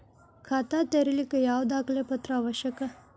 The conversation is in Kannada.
ಖಾತಾ ತೆರಿಲಿಕ್ಕೆ ಯಾವ ದಾಖಲೆ ಪತ್ರ ಅವಶ್ಯಕ?